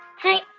hi,